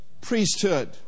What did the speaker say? priesthood